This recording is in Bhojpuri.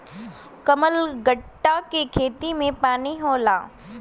कमलगट्टा के खेती भी पानी में होला